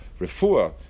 refuah